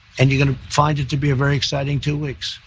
and you're gonna find it to be a very exciting two weeks.